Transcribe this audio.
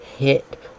hit